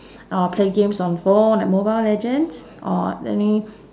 or play games on phone like mobile legends or any